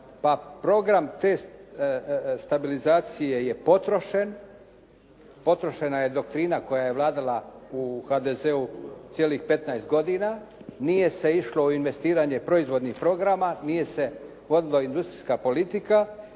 program te stabilizacije je potrošen, potrošena je doktrina koja je vladala u HDZ-u cijelih 15 godina, nije se išlo u investiranje proizvodnih programa, nije se vodila industrijska politika